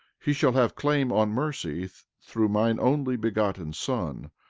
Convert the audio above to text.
he shall have claim on mercy through mine only begotten son,